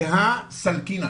"בהה סלקינא